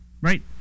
Right